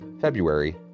February